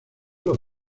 los